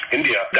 India